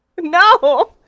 No